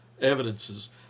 evidences